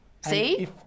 See